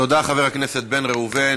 תודה, חבר הכנסת בן ראובן.